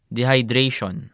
Dehydration